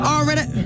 Already